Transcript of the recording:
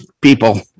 people